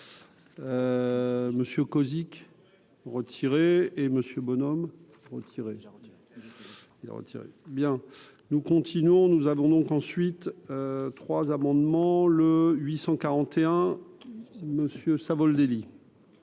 monsieur Cozic retirer et Monsieur Bonhomme retirer : il a retiré bien. Nous continuons, nous avons donc ensuite trois amendements, le 841 monsieur Savoldelli.